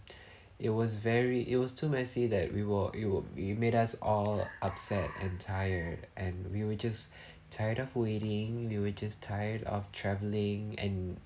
it was very it was too messy that we were it will it made us all upset and tired and we were just tired of waiting we were just tired of travelling and